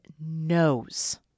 knows